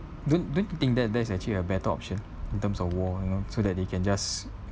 don't don't you think that that's actually a better option in terms of war you know so that they can just